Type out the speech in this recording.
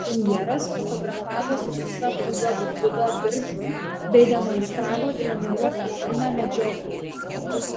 premjeras fotografavosi su savo juodu dziudo diržu bei demonstravo treniruotą kūną medžioklėje